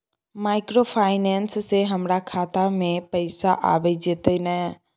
Microfinance से हमारा खाता में पैसा आबय जेतै न?